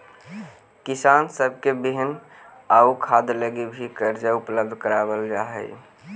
किसान सब के बिहन आउ खाद लागी भी कर्जा उपलब्ध कराबल जा हई